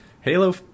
Halo